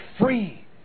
free